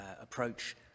approach